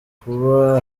kuba